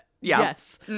yes